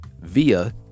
via